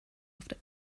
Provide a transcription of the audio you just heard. after